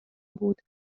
بود